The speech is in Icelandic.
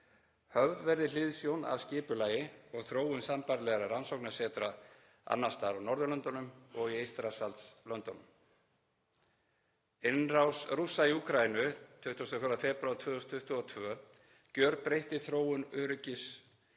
Höfð verði hliðsjón af skipulagi og þróun sambærilegra rannsóknasetra annars staðar á Norðurlöndunum og í Eystrasaltslöndunum. Innrás Rússa í Úkraínu 24. febrúar 2022 gjörbreytti þróun öryggis-